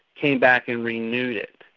came back and renewed it,